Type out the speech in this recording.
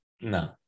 no